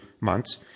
months